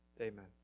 Amen